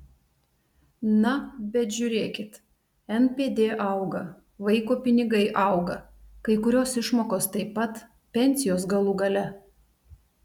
na bet žiūrėkit npd auga vaiko pinigai auga kai kurios išmokos taip pat pensijos galų gale